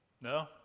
No